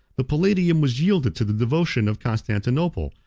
the palladium was yielded to the devotion of constantinople,